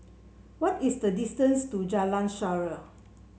what is the distance to Jalan Shaer